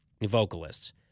vocalists